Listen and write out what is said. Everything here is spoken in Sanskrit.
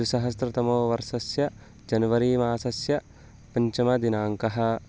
द्विसहस्रतमो वर्षस्य जन्वरि मासस्य पञ्चमदिनाङ्कः